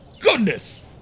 goodness